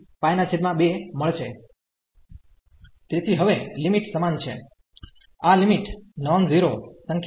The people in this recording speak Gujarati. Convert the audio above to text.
તેથી હવે લિમિટ સમાન છે આ લિમિટ નોન ઝીરો સંખ્યા છે